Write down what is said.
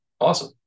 awesome